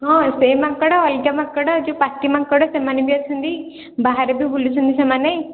ହଁ ସେ ମାଙ୍କଡ଼ ଅଲଗା ମାଙ୍କଡ ଏଇ ଯେଉଁ ପାତି ମାଙ୍କଡ଼ ସେମାନେ ବି ଅଛନ୍ତି ବାହାରେ ବି ବୁଲୁଛନ୍ତି ସେମାନେ